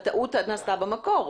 הטעות נעשתה במקור.